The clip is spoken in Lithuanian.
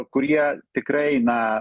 kurie tikrai na